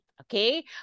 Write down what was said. Okay